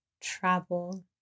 travel